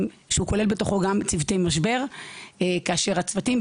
שהוא כולל בתוכו גם צוותי משבר כאשר הצוותים,